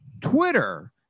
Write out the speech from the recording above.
Twitter